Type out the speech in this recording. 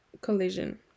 collision